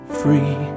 free